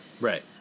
Right